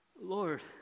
Lord